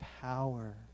power